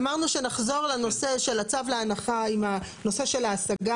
אמרנו שנחזור לנושא של הצו להנחה עם הנושא של ההשגה